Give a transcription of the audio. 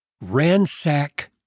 Ransack